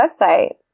website